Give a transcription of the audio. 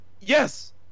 Yes